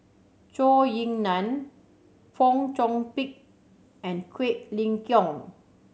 Zhou Ying Nan Fong Chong Pik and Quek Ling Kiong